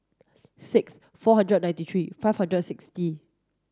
six four hundred and ninety three five hundred and sixty